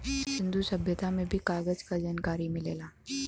सिंन्धु सभ्यता में भी कागज क जनकारी मिलेला